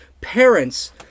parents